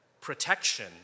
protection